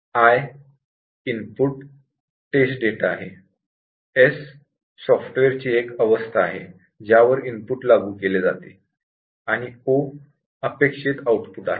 I input test data आहे S सॉफ्टवेअरची एक स्टेट आहे ज्यावर इनपुट लागू केले जाते आणि O अपेक्षित आउटपुट आहे